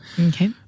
Okay